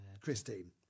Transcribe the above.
Christine